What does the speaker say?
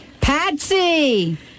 Patsy